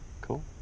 Cool